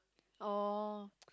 oh